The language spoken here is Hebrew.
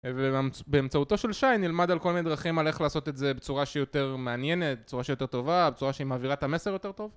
ובאמצעותו של שיין נלמד על כל מיני דרכים על איך לעשות את זה בצורה שיותר מעניינת, בצורה שיותר טובה, בצורה שהיא מעבירה את המסר יותר טוב